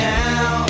now